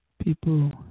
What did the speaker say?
People